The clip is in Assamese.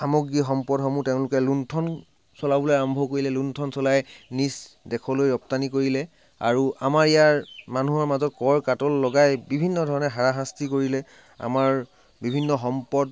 সামগ্ৰী সম্পদসমূহ তেওঁলোকে লুণ্ঠন চলাবলৈ আৰম্ভ কৰিলে লুণ্ঠন চলাই নিছ দেশলৈ ৰপ্তানি কৰিলে আৰু আমাৰ ইয়াৰ মানুহৰ মাজত কৰ কাটল লগাই বিভিন্ন ধৰণ হাৰাশাস্তি কৰিলে আমাৰ বিভিন্ন সম্পদ